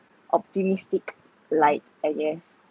optimistic light I guess